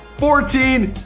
fourteen,